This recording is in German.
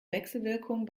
wechselwirkung